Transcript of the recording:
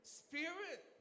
spirit